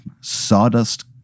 sawdust